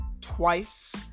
Twice